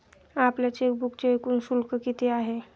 आपल्या चेकबुकचे एकूण शुल्क किती आहे?